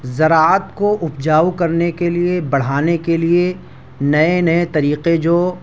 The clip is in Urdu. زراعت کو اپجاؤ کرنے کے لیے بڑھانے کے لیے نئے نئے طریقے جو